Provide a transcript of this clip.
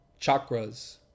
chakras